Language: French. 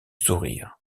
sourire